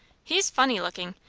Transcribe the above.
he's funny looking.